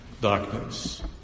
darkness